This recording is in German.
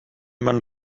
man